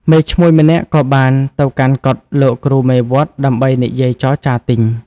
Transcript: មេឈ្មួញម្នាក់ក៏បានទៅកាន់កុដិលោកគ្រូមេវត្តដើម្បីនិយាយចរចារទិញ។